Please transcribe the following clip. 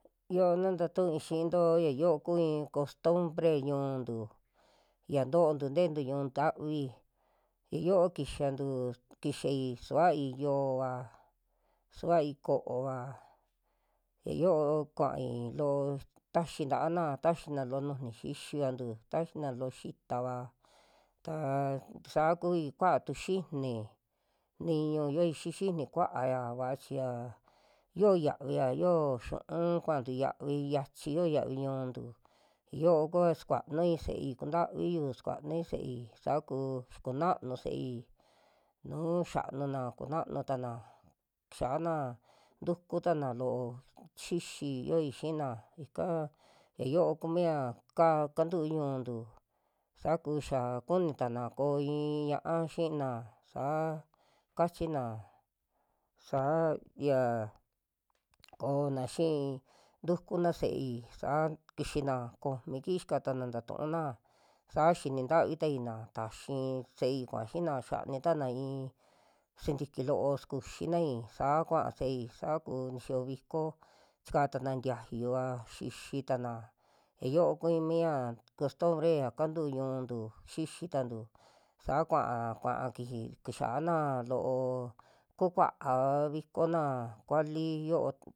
Yo'o na taatui xiinto, ys yo'o ku i'in costumbre ñu'untu ntavi ya yoo kixantu kixai sukai yoó'va, suvai kóo'va ya yoo kuai loo taxi ntaana taxina loo nujuni xixvantu, taxi loo xitava ta sakui kua tu xini niñu yoi xii xini kuaya, vaa chi ya yio yavia yo yu'un kuantu yiavi yachi yoo yvi ñu'untu yayoo kua sukuanui se'ei, kuntaviyu sukuani se'ei sakuu xa kuananu se'ei nu'u xianuna kunanutana, xiana ntukutana loo xixi yo'oi xina ika ya yo'o kumi'ya kaa kantuu ñu'untu, saku xa kunitana koi i'i ña'á xina saa kachina, saa kona xii tukuna se'ei saa kixina kojmi kiji xikatana tatuuna saa xini ntavitaina taxi i'i se'ei kua xiina, xianitana i'i sintiki loo sukuxinai saa kua se'ei saku nixiyo viko chakatana ntiayu'va xixitana ya yo'o kuii mia kostumbre ya kantuu ñu'untu xixitantu sa kua kua kixi kixiana loo ku'kuava vikona kuali yo'o.